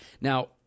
Now